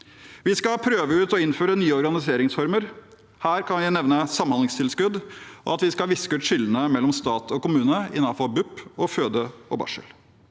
Vi skal prøve ut og innføre nye organiseringsformer. Her kan jeg nevne samhandlingstilskudd og at vi skal viske ut skillene mellom stat og kommune innenfor BUP og føde og barsel.